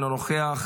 אינו נוכח,